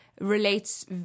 relates